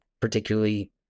particularly